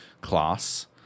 class